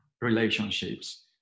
relationships